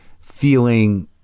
feeling